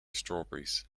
strawberries